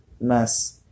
mass